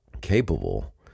capable